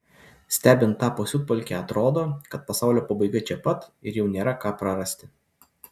stebint tą pasiutpolkę atrodo kad pasaulio pabaiga čia pat ir jau nėra ką prarasti